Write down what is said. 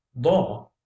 law